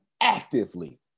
actively